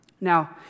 Now